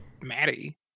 Maddie